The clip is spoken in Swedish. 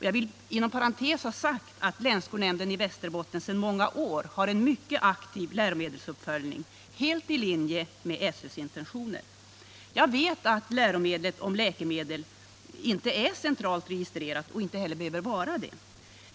Jag vill inom parentes ha sagt att länsskolnämnden i Västerbotten sedan många år har en mycket aktiv läromedelsuppföljning helt i linje med SÖ:s intentioner. Jag vet att läromedlet Om läkemedel inte är centralt registrerat och inte heller behöver vara det.